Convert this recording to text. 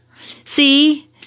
See